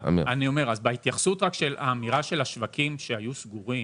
בהתייחסות לאמירה על שווקים שהיו סגורים,